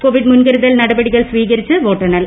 Covid മുൻകരുതൽ നടപടികൾ സ്വീകരിച്ച് വോട്ടെണ്ണൽ